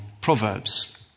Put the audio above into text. proverbs